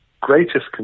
greatest